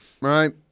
right